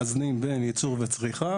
מאזנים בין ייצור וצריכה